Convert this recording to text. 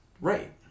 Right